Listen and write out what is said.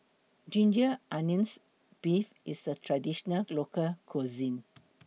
Ginger Onions Beef IS A Traditional Local Cuisine